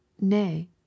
nay